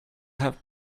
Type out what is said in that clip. have